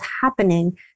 happening